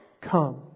Come